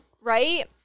Right